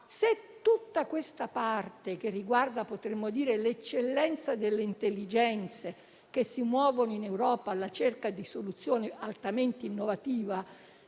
Se tutta questa parte che riguarda l'eccellenza delle intelligenze che si muovono in Europa alla ricerca di soluzioni altamente innovative